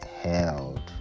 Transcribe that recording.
held